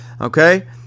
Okay